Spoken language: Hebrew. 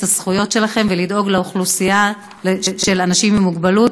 הזכויות שלכם ולדאוג לאוכלוסייה של אנשים עם מוגבלות,